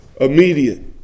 immediate